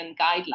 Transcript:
guidelines